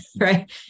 right